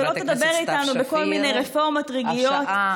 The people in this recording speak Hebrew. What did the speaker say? ולא תדבר איתנו בכל מיני רפורמות רגעיות,